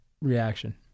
reaction